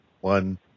one